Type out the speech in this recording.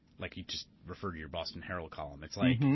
like you just referred to your boston herald column. it's like